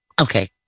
okay